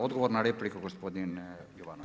Odgovor na repliku gospodin Jovanović.